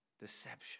Deception